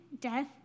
death